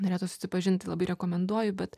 norėtų susipažint labai rekomenduoju bet